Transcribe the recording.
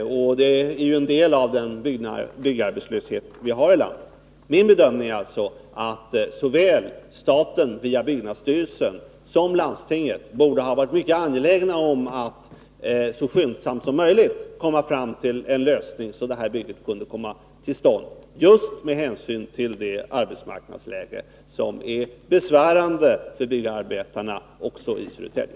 Det är en del av byggarbetslösheten i vårt land. Min bedömning är alltså att såväl staten via byggnadsstyrelsen som landstinget borde ha varit mycket angelägna om att så skyndsamt som möjligt komma fram till en lösning, så att bygget kunde komma till stånd — detta just med hänsyn till det besvärande arbetsmarknadsläget bland byggnadsarbetarna i Södertälje.